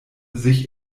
sich